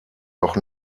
noch